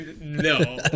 no